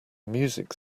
music